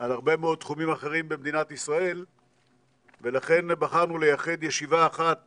על הרבה מאוד תחומים אחרים במדינת ישראל ולכן בחרנו לייחד ישיבה אחת